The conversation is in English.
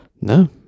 No